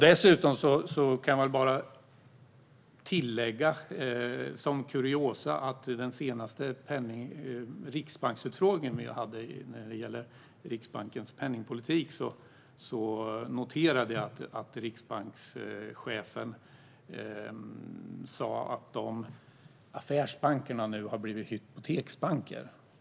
Dessutom kan jag tillägga som kuriosa att jag vid den senaste utfrågningen om Riksbankens penningpolitik noterade att riksbankschefen sa att affärsbankerna blivit hypoteksbanker.